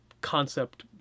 concept